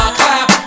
clap